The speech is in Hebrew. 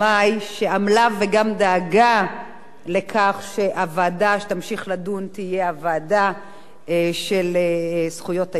שעמלה וגם דאגה לכך שהוועדה שתמשיך לדון תהיה הוועדה לזכויות הילד.